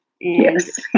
Yes